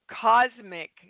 cosmic